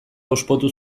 hauspotu